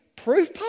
Proof